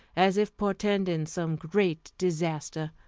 as if portending some great disaster.